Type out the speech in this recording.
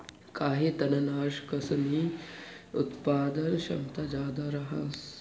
काही तननाशकसनी उत्पादन क्षमता जादा रहास